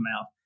mouth